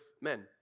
men